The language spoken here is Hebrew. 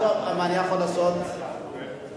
לא, אני יכול לדבר עוד הפעם בסוף.